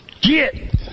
get